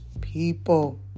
people